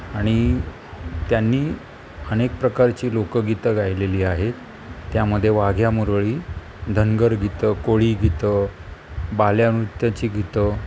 आणि त्यांनी अनेक प्रकारची लोकगीतं गायलेली आहेत त्यामध्ये वाघ्यामुरळी धनगर गीतं कोळी गीतं बाल्या नृत्याची गीतं